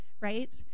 right